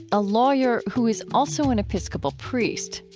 a lawyer who is also an episcopal priest,